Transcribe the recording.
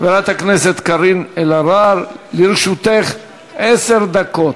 חברת הכנסת קארין אלהרר, לרשותך עשר דקות.